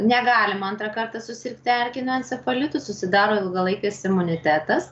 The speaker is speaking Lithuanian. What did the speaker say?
negalima antrą kartą susirgti erkiniu encefalitu susidaro ilgalaikis imunitetas